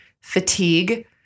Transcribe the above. fatigue